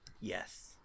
Yes